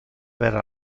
per